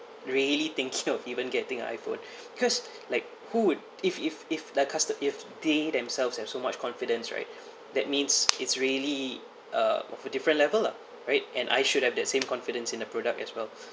really thinking of even getting an iphone because like who would if if if the cust~ if they themselves have so much confidence right that means it's really uh of a different level lah right and I should have that same confidence in the product as well